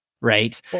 Right